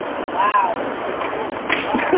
wow. this dude curses a lot